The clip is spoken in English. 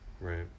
right